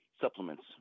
supplements